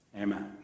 Amen